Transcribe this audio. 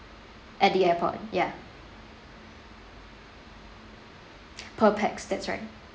at the airport ya per pax that's right